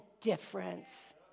difference